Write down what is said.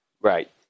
Right